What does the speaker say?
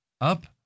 up